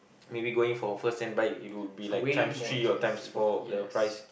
maybe going for firsthand bike it would be like times three or times four of the price